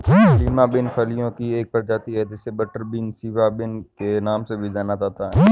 Lima bean फलियों की एक प्रजाति है जिसे बटरबीन, सिवा बिन के नाम से भी जाना जाता है